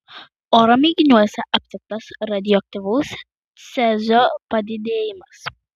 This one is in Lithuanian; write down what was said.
oro mėginiuose aptiktas radioaktyvaus cezio padidėjimas